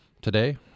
today